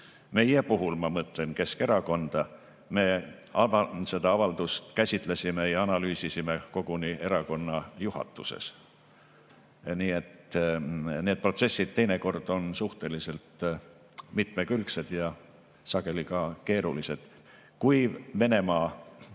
Meie puhul, ma mõtlen Keskerakonda, me seda avaldust käsitlesime ja analüüsisime koguni erakonna juhatuses. Nii et need protsessid on teinekord suhteliselt mitmekülgsed ja sageli keerulised. Kui Venemaa